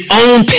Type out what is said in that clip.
own